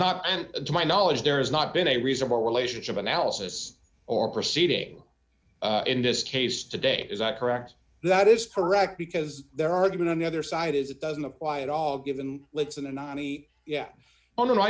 not and to my knowledge there has not been a reasonable relationship analysis or proceeding in this case today is that correct that is correct because their argument on the other side is it doesn't apply at all given let's in the ninety yeah